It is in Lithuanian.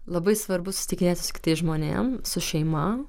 labai svarbu susitikinėti su kitais žmonėm su šeima